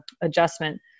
adjustment